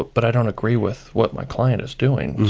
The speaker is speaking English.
but i don't agree with what my client is doing.